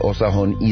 Osahon